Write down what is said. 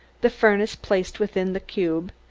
the furnace placed within the cube,